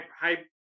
high